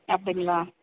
அப்படிங்களா